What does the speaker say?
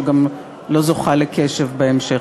שגם לא זוכה לקשב בהמשך.